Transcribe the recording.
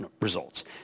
results